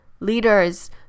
Leaders